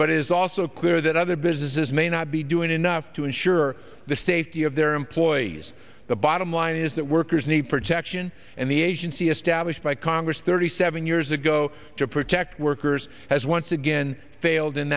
but it is also clear that other businesses may not be doing enough to ensure the safety of their employees the bottom line is that workers need protection and the agency established by congress thirty seven years ago to protect workers has once again failed in